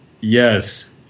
Yes